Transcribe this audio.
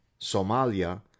Somalia